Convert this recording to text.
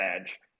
edge